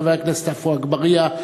חבר הכנסת עפו אגבאריה,